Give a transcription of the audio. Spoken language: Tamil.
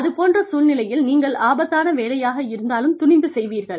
அது போன்ற சூழ்நிலையில் நீங்கள் ஆபத்தான வேலையாக இருந்தாலும் துணிந்து செய்வீர்கள்